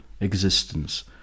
existence